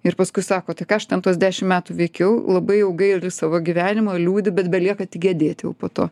ir paskui sako tai ką aš ten tuos dešim metų veikiau labai jau gaili savo gyvenimo liūdi bet belieka tik gedėt jau po to